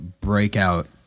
breakout